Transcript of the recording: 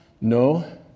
No